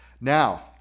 Now